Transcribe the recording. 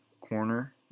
corner